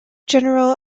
general